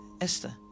Esther